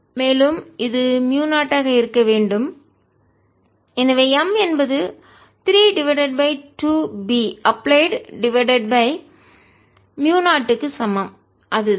மேலும் இது மியூ0 ஆக இருக்க வேண்டும் எனவே M என்பது 3 divided by 2 B applied divided by மியூ0 க்கு சமம் அது தான் M